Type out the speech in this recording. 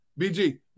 BG